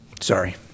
sorry